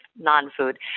non-food